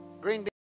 Green